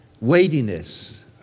weightiness